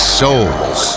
souls